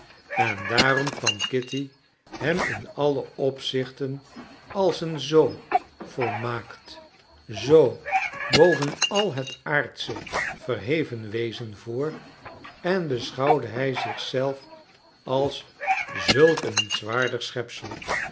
en daarom kwam kitty hem in alle opzichten als een zoo volmaakt zoo boven al het aardsche verheven wezen voor en beschouwde hij zich zelf als zulk een nietswaardig schepsel